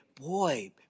boy